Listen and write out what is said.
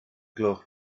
gloch